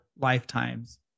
lifetimes